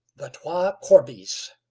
the twa corbies